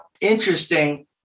interesting